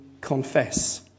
confess